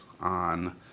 on